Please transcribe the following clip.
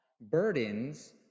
burdens